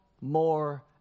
more